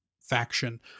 faction